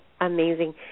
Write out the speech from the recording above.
amazing